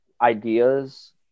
ideas